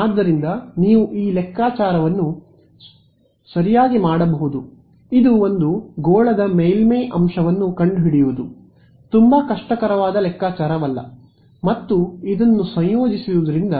ಆದ್ದರಿಂದ ನೀವು ಈ ಲೆಕ್ಕಾಚಾರವನ್ನು ಸರಿಯಾಗಿ ಮಾಡಬಹುದು ಇದು ಒಂದು ಗೋಳದ ಮೇಲ್ಮೈ ಅಂಶವನ್ನು ಕಂಡುಹಿಡಿಯುವುದು ತುಂಬಾ ಕಷ್ಟಕರವಾದ ಲೆಕ್ಕಾಚಾರವಲ್ಲ ಮತ್ತು ಇದನ್ನು ಸಂಯೋಜಿಸುವುದರಿಂದ